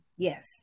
Yes